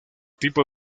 tipo